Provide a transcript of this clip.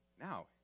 Now